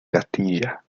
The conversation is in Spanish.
castilla